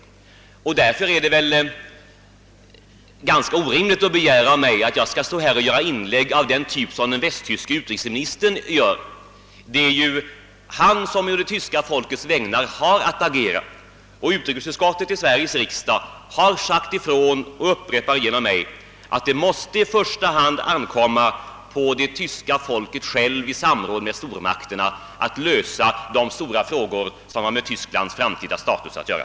Därför är det ganska orimligt att begära av mig att jag skall göra inlägg av den typ som den västtyske utrikesministern gör. Han har ju att agera å det tyska folkets vägnar. Utrikesutskottet i Sveriges riksdag har sagt ifrån och upprepar det genom mig, att det i första hand måste ankomma på det tyska folket självt att i samråd med stormakterna lösa de stora frågor som har med Tysklands framtida status att göra.